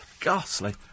ghastly